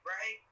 Right